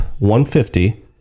150